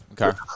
okay